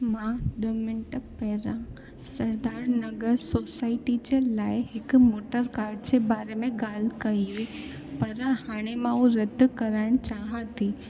मां ॾह मिंट पहिरां सरदार नगर सोसाइटी जे लाइ हिकु मोटर कार जे बारे में ॻाल्हि कई हुई पर हाणे मां उहो रद कराइण चाहियां थी